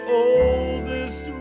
oldest